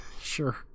Sure